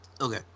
Okay